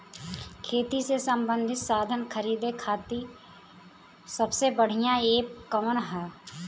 खेती से सबंधित साधन खरीदे खाती सबसे बढ़ियां एप कवन ह?